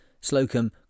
Slocum